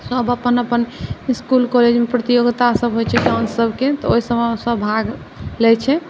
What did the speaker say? सब अपन अपन इसकुल कॉलेजमे प्रतियोगितासब होइ छै डान्स सबके तऽ ओहि सबमे सब भाग लै छै